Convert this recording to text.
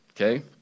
okay